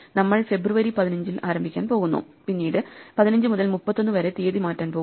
നമ്മൾ ഫെബ്രുവരി 15ൽ ആരംഭിക്കാൻ പോകുന്നു പിന്നീട് 15 മുതൽ 31 വരെ തീയതി മാറ്റാൻ പോകുന്നു